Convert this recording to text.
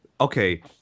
okay